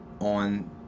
on